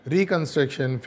Reconstruction